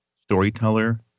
Storyteller